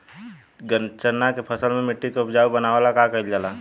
चन्ना के फसल में मिट्टी के उपजाऊ बनावे ला का कइल जाला?